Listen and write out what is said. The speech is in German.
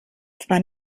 zwar